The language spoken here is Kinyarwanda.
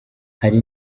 hari